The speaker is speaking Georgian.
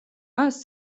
მას